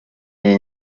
iyi